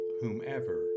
whomever